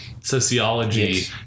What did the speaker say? sociology